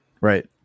Right